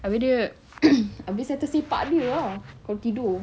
habis dia habis saya tersepak dia ah kalau tidur